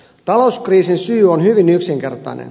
talouskriisin syy on hyvin yksinkertainen